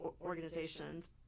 organizations